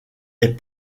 est